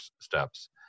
steps